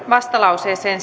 vastalauseeseen